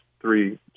three